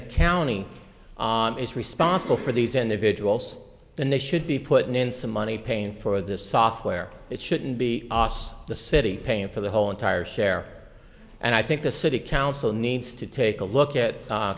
the county is responsible for these individuals and they should be put in some money paying for this software it shouldn't be the city paying for the whole entire share and i think the city council needs to take a look at